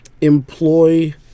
employ